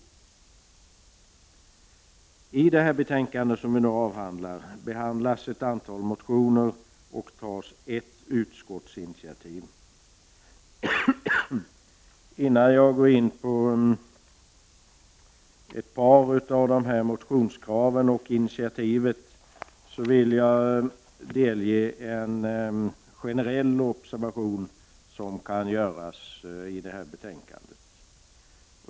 I det betänkande vi nu diskuterar behandlas ett antal motioner och tas ett utskottsinitiativ. Innan jag går in på ett par av motionskraven och utskottsinitiativet vill jag delge kammaren en generell observation som kan göras i betänkandet.